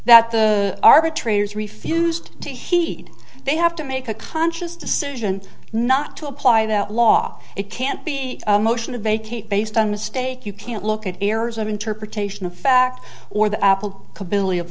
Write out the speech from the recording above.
that the arbitrator's refused to heed they have to make a conscious decision not to apply that law it can't be a motion to vacate based on mistake you can't look at errors of interpretation of fact or the apple